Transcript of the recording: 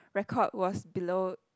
record was below